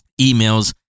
emails